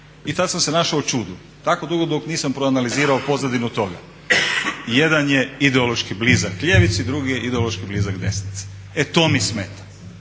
i tad sam se našao u čudu, tako dugo dok nisam proanalizirao pozadinu toga. Jedan je ideološki blizak ljevici, drugi je ideološki blizak desnici. E to mi smeta,